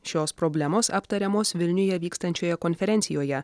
šios problemos aptariamos vilniuje vykstančioje konferencijoje